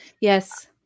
Yes